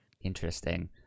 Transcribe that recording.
interesting